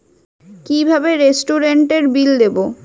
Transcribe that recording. কিভাবে রেস্টুরেন্টের বিল দেবো?